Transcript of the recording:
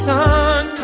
sun